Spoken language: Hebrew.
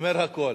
אומר הכול.